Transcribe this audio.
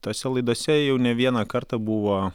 tose laidose jau ne vieną kartą buvo